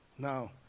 Now